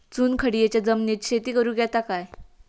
चुनखडीयेच्या जमिनीत शेती करुक येता काय?